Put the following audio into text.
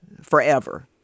forever